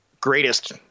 greatest